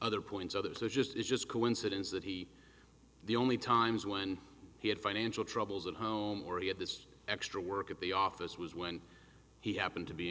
other points others are just it's just coincidence that he the only times when he had financial troubles at home where he had this extra work at the office was when he happened to be in